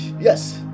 Yes